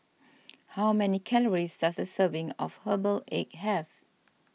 how many calories does a serving of Herbal Egg have